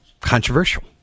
controversial